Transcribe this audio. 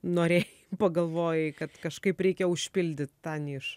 norėjai pagalvojai kad kažkaip reikia užpildyt tą nišą